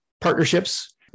partnerships